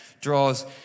draws